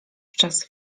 czas